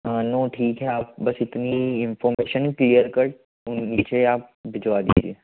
हाँ नो ठीक है आप बस इतनी इन्फॉर्मेशन क्लियर कट नीचे आप भिजवा दीजिए